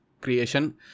creation